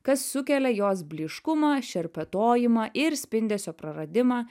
kas sukelia jos blyškumą šerpetojimą ir spindesio praradimą